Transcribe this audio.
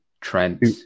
Trent